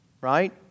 Right